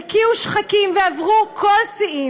הרקיעו שחקים ועברו כל שיא.